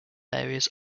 areas